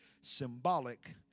symbolic